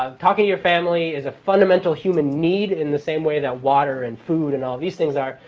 um talking to your family is a fundamental human need in the same way that water and food and all these things are.